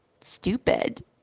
stupid